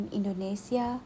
Indonesia